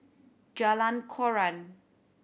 Jalan Koran